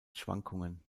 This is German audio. schwankungen